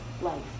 life